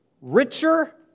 richer